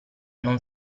non